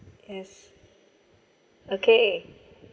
yes okay